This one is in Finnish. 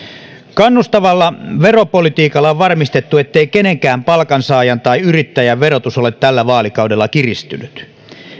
kannustavalla veropolitiikalla on varmistettu ettei kenenkään palkansaajan tai yrittäjän verotus ole tällä vaalikaudella kiristynyt